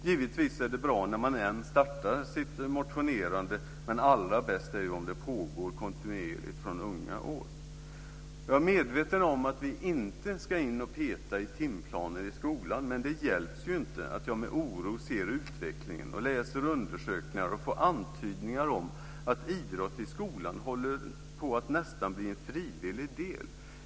Givetvis är det bra när man än startar sitt motionerande. Men allra bäst är om det pågår kontinuerligt från unga år. Jag är medveten om att vi inte ska in och peta i timplaner i skolan. Men det hjälps inte att jag med oro ser utvecklingen, läser undersökningar och får antydningar om att idrott i skolan nästan håller på att bli en frivillig del.